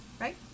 Right